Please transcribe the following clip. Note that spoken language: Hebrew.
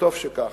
וטוב שכך.